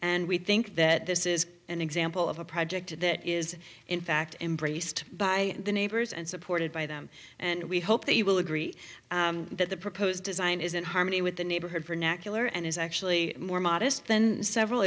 and we think that this is an example of a project that is in fact embraced by the neighbors and supported by them and we hope they will agree that the proposed design is in harmony with the neighborhood for nat killer and is actually more modest then several